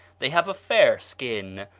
they have a fair skin,